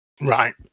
Right